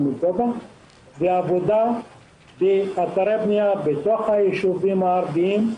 מגובה; ועבודה באתרי בנייה בתוך היישובים הערביים,